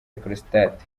prostate